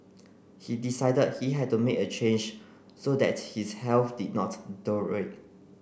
he decided he had to make a change so that his health did not